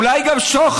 אולי גם שוחד,